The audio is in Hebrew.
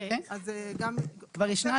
מה ההבדל